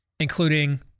Including